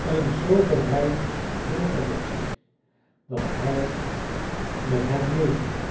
een zoo bereidwilligen weg dat hij met hen meeging